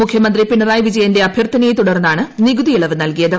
മുഖ്യമന്ത്രി പിണറായി വിജയന്റെ അഭ്യർഥനയെ തുടർന്നാണ് നികുതിയിളവ് നൽകിയത്